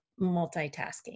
multitasking